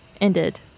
ended